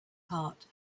heart